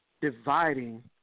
Dividing